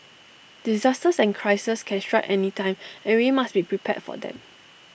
disasters and crises can strike anytime and we must be prepared for them